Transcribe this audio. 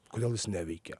kodėl jis neveikia